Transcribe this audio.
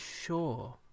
sure